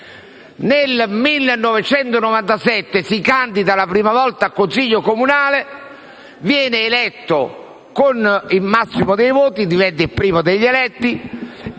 Nel 1997 si candida per la prima volta al Consiglio comunale, viene eletto con il massimo dei voti e diventa il primo degli eletti